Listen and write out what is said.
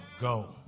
go